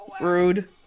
Rude